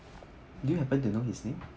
do you happen to know his name